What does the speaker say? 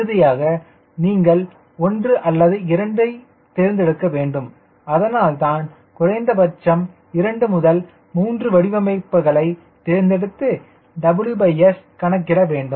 இறுதியாக நீங்கள் ஒன்று அல்லது இரண்டு தேர்ந்தெடுக்க வேண்டும் அதனால்தான் குறைந்தபட்சம் இரண்டு முதல் மூன்று வடிவமைப்புகளை தேர்ந்தெடுத்து WS கணக்கிட வேண்டும்